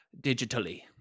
digitally